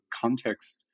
context